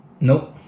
Nope